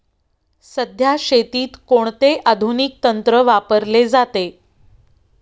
सध्या शेतीत कोणते आधुनिक तंत्र वापरले जाते?